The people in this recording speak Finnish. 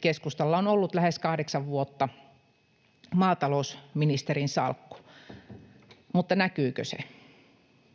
keskustalla on ollut lähes kahdeksan vuotta maatalousministerin salkku, mutta näkyykö se?